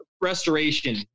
restoration